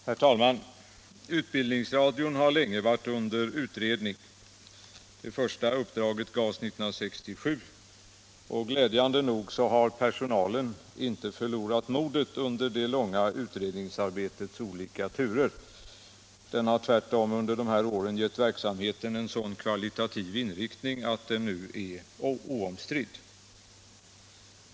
Herr talman! Utbildningsradion har länge varit under utredning. Det första uppdraget gavs 1967. Glädjande nog har personalen inte förlorat modet under det långa utredningsarbetets olika turer. Den har tvärtom under de här åren givit verksamheten en sådan kvalitativ inriktning att den nu är oomstridd.